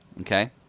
Okay